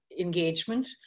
engagement